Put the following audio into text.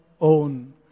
own